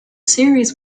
series